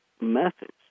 methods